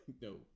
No